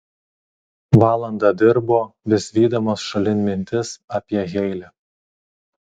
valandą dirbo vis vydamas šalin mintis apie heile